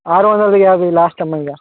ఆరు వందల యాభై లాస్ట్ అమ్మ ఇక